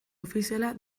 ofiziala